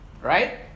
Right